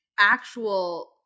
actual